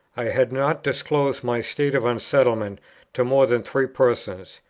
i had not disclosed my state of unsettlement to more than three persons,